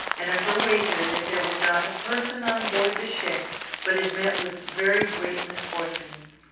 and of her wager that there was not a person on board the ship but had met with very great misfortunes.